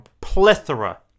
plethora